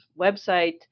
website